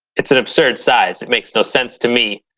it's an absurd size. it makes no sense to me,